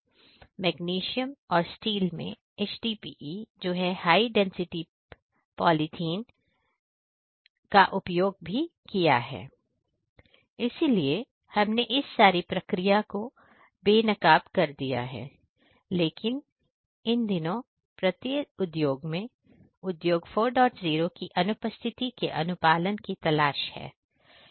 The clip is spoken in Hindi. इसलिए हमने इस सारी प्रक्रिया को बेनकाब कर दिया है लेकिन इन दिनों प्रत्येक उद्योग में उद्योग 40 की अनुपस्थिति के अनुपालन की तलाश है